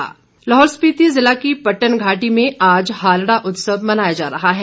हालडा लाहौल स्पिति ज़िला की पट्टन घाटी में आज हालड़ा उत्सव मनाया जा रहा है